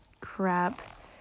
crap